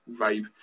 vibe